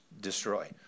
destroy